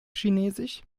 chinesisch